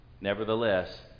nevertheless